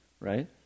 right